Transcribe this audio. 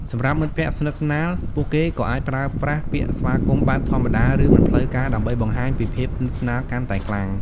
សម្រាប់មិត្តភក្តិស្និទ្ធស្នាល ពួកគេក៏អាចប្រើប្រាស់ពាក្យស្វាគមន៍បែបធម្មតាឬមិនផ្លូវការដើម្បីបង្ហាញពីភាពស្និទ្ធស្នាលកាន់តែខ្លាំង។